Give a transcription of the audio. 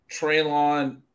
Traylon